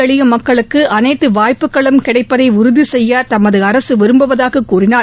எளிய மக்களுக்கு அனைத்து வாய்ப்புக்களும் கிடைப்பதை உறுதி செய்ய தமது அரசு விரும்புவதாக கூறினார்